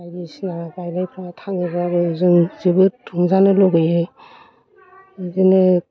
बायदिसिना गायनायफ्रा थाङोबाबो जों जोबोद रंजानो लुगैयो बिदिनो